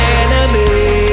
enemy